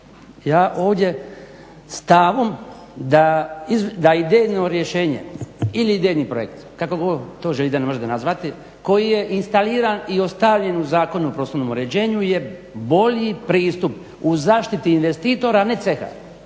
ja ovdje stavom da idejno rješenje ili idejni projekt, kako god to želite možete ga nazvati koji je instaliran i ostavljen u Zakonu o prostornom uređenju je bolji pristup u zaštiti investitora, a ne ceha